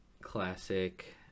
classic